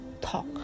talk